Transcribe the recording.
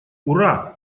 ура